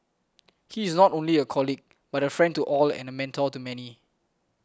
he is not only a colleague but a friend to all and a mentor to many